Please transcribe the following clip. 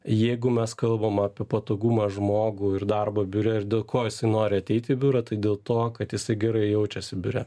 jeigu mes kalbam apie patogumą žmogų ir darbą biure ir dėl ko jisai nori ateiti į biurą tai dėl to kad jisai gerai jaučiasi biure